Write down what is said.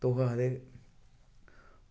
ते ओह् आखदे